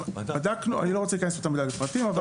י.ש.: אני לא רוצה להיכנס יותר מידי לפרטים אבל